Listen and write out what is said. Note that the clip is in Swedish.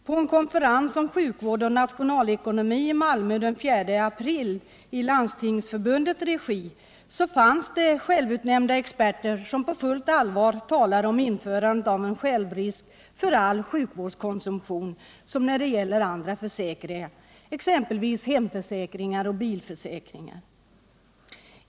På en konferens om sjukvård och nationalekonomi i Malmö den 4 april i Landstingsförbundets regi fanns det självutnämnda experter som på fullt allvar talade om införandet av en självrisk för all sjukvårdskonsumtion, alldeles som när det gäller andra typer av försäkringar, exempelvis hemförsäkringar och bilförsäkringar.